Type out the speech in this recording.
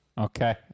Okay